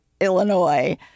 Illinois